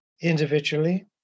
individually